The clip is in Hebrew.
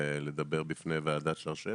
לדבר בפני ועדת שרשבסקי.